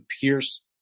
Pierce